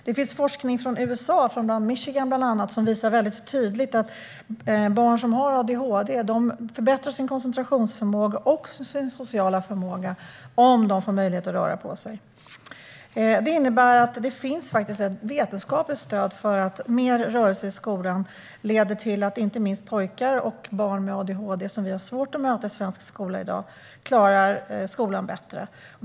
Det finns forskning i USA, bland annat i Michigan, som visar tydligt att barn som har adhd förbättrar sin koncentrationsförmåga och sin sociala förmåga om de får möjlighet att röra på sig. Det innebär att det finns ett vetenskapligt stöd för att mer rörelse i skolan leder till att inte minst pojkar och barn med adhd, som vi har svårt att möta i svensk skola i dag, klarar skolan bättre.